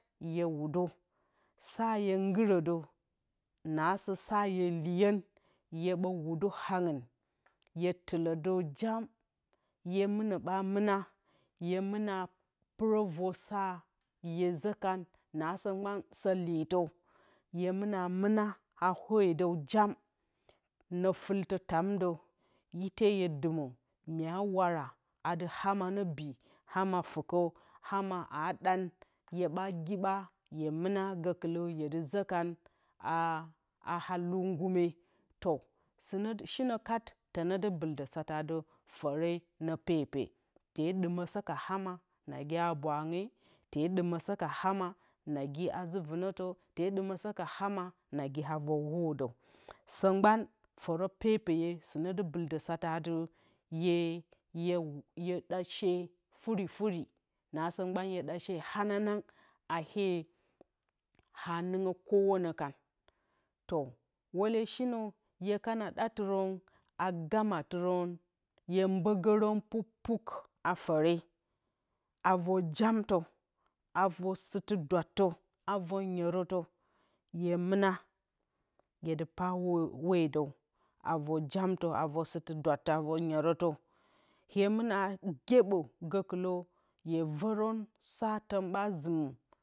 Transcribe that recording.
Ye wudǝ sa hye mgɨrǝdǝnasǝ sa hye liyen hyeɓǝ whudǝ hangɨn hye tɨlǝ dǝ jam hye mɨnǝ ɓa mɨna hye mɨna pɨrǝ vǝr sa hye zǝkan nasǝ mgban sǝ litǝ hye mɨna mɨna ha whodǝw jam nǝ fɨltǝ tamdǝ ite hye dɨmǝ mya wara atɨ ama nǝ bi ama fukǝ aa ɗan hye ɓa giɓa hye mɨna gǝkɨlǝ hye zǝkan a haa luu ngume to shinǝ kat tene dɨ bɨldǝn atɨ fǝrǝ nǝ pepe tee ɗɨmǝ sǝ ka ama nagi aha bwange tee ɗɨmǝsǝ ka ama nagi a nzǝ vɨnǝtǝ. tee ɗimǝsǝ ka ama nagi a vǝr whodǝw sǝ mgban fǝrǝ pepeye ne dɨ bɨldǝn ka satǝ atɨ hye hye ɗa shee furi furi na sa mgban hye ɗashee hananang ee hqnɨngǝ kowonǝ kan to wule shinǝ hye kana ɗatɨrǝn a gamatɨrǝn a mbǝgǝrǝn pukpuk a fǝrǝ a vǝr jamtǝ a vǝr sɨtɨ dwattǝ a vǝr nyerotǝ hye mɨna adɨ pa whodǝw a vǝr jamtǝ ka sɨtɨ dwattǝ a vǝr nyerǝtǝ, hye mɨna gyeɓǝ hye ɓa vǝrǝn sa tǝn ɓa zɨmǝ